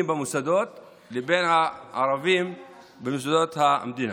לבין האמון של הערבים במוסדות המדינה,